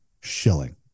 shilling